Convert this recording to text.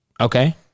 Okay